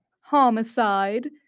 homicide